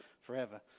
forever